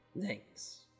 Thanks